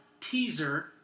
teaser